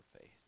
faith